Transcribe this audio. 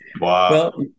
Wow